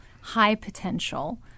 high-potential